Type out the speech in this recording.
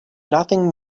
nothing